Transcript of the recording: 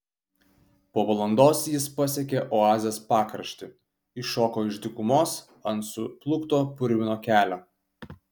po valandos jis pasiekė oazės pakraštį iššoko iš dykumos ant suplūkto purvino kelio